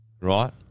right